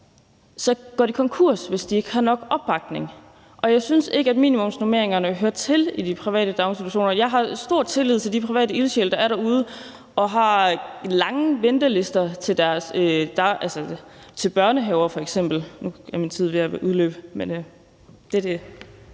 så går de konkurs, altså hvis de ikke har nok opbakning. Jeg synes ikke, at minimumsnormeringerne hører til i de private daginstitutioner. Jeg har stor tillid til de private ildsjæle, der er derude, og hvor de har lange ventelister til f.eks. børnehaver. Nu er min tid ved at være udløbet, men det var det.